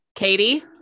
Katie